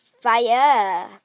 fire